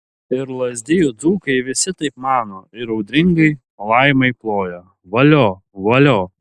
ir lazdijų dzūkai visi taip mano ir audringai laimai ploja valio valio